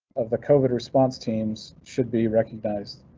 of the covid response, teams should be recognized.